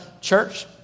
church